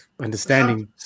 Understanding